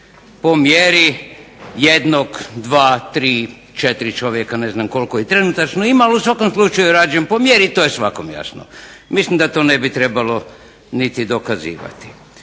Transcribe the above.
Po mjeri jednog, dva, tri, četiri čovjeka i ne znam koliko. I trenutačno ima ali u svakom slučaju rađen je po mjeri i to je svakom jasno. Mislim da to ne bi trebalo niti dokazivati.